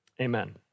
amen